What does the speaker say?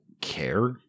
care